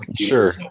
Sure